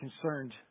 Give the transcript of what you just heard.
concerned